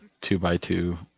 two-by-two